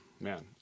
man